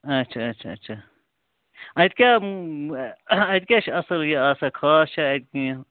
اچھا اچھا اچھا اَتہِ کیٛاہ اتہِ کیٛاہ چھِ اَصٕل یہِ آسان خاص چھےٚ اَتہِ کیٚنٛہہ